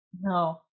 No